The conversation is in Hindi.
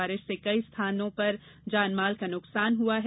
बारिश से कई स्थानों जानमाल का नुकसान हुआ है